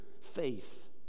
faith